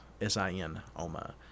S-I-N-oma